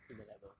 in the level